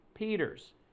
Peters